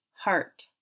Heart